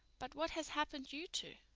but what has happened you two?